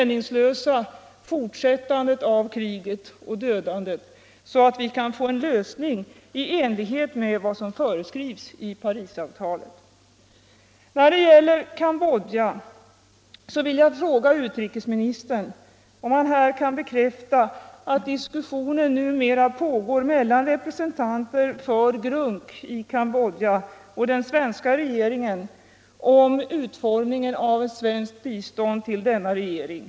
När det gäller Cambodja vill jag fråga utrikesministern om han här kan bekräfta att diskussioner numera pågår mellan representanter för GRUNC i Cambodja och den svenska regeringen om utformningen av svenskt bistånd till denna regering.